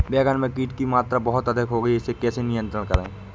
बैगन में कीट की मात्रा बहुत अधिक हो गई है इसे नियंत्रण कैसे करें?